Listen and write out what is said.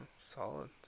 Solid